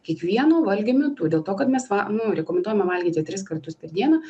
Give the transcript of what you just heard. kiekvieno valgio metu dėl to kad mes va nu rekomenduojama valgyti tris kartus per dieną